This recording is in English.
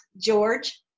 George